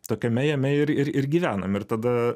tokiame jame ir ir gyvenam ir tada